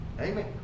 Amen